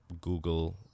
Google